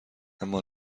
اما